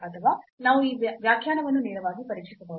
ಅಥವಾ ನಾವು ಈ ವ್ಯಾಖ್ಯಾನವನ್ನು ನೇರವಾಗಿ ಪರೀಕ್ಷಿಸಬಹುದು